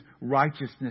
righteousness